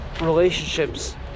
Relationships